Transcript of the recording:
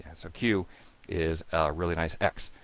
so q is really nice x,